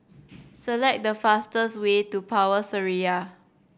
select the fastest way to Power Seraya